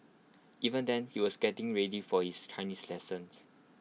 even then he was getting ready for his Chinese lessons